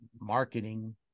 marketing